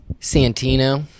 Santino